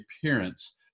appearance